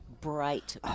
bright